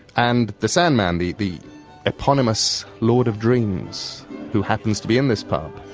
and the sandman, the the eponymous lord of dreams who happens to be in this pub,